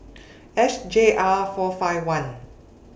S J R four five one